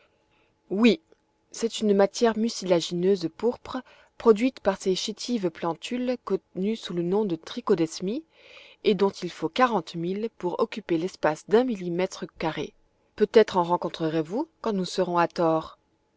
oui c'est une matière mucilagineuse pourpre produite par ces chétives plantules connues sous le nom de trichodesmies et dont il faut quarante mille pour occuper l'espace d'un millimètre carré peut-être en rencontrerez vous quand nous serons à tor